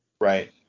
Right